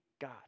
God